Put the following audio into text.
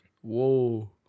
whoa